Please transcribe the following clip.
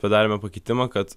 padarėme pakeitimą kad